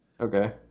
Okay